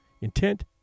intent